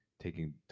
taking